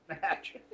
match